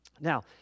Now